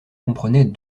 comprenaient